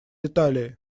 италии